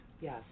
Yes